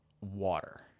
water